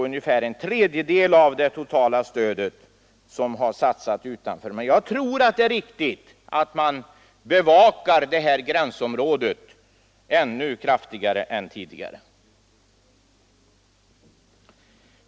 Ungefär en tredjedel av det totala stödet har satsats utanför stödområdet, men jag tror att man bör bevaka det här gränsområdet ännu kraftigare än tidigare.